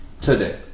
today